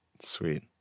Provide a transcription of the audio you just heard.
Sweet